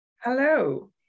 Hello